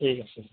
ঠিক আছে